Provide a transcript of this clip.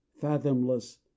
fathomless